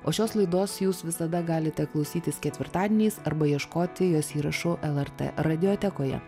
o šios laidos jūs visada galite klausytis ketvirtadieniais arba ieškoti jos įrašų lrt radiotekoje